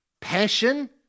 passion